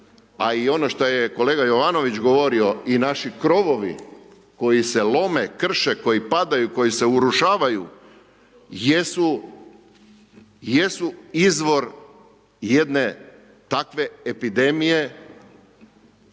a i ono što je kolega Jovanović govorio i naši krovovi koji se lome, krše, koji padaju, koji se urušavaju jesu izvor jedne takve epidemije